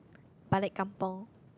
Balik Kampung